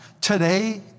Today